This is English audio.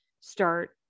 start